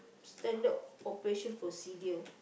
standard operation procedure